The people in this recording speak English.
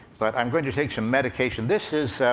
but i'm going to take some medication. this is